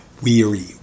weary